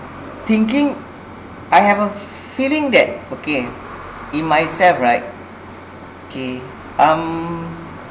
thinking I have a feeling that okay in myself right okay um